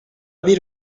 bir